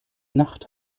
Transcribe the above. nacht